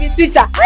teacher